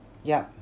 yup